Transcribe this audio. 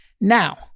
Now